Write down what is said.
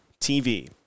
TV